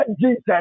jesus